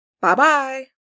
Bye-bye